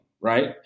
Right